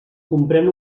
comprèn